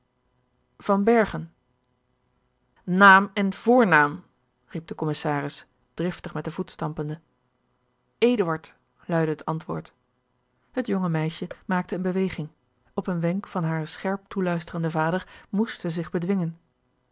naam en voornaam riep de commissaris driftig met den voet stampende eduard luidde het antwoord het jonge meisje maakte eene beweging op een wenk van haren scherp toeluisterenden vader moest zij zich bedwingen